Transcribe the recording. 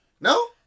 No